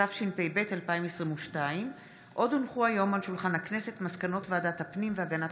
התשפ"ב 2022. עוד הונחו היום על שולחן הכנסת מסקנות ועדת הפנים והגנת